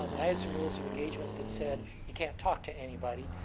um and i had some rules of engagement that said you can't talk to anybody,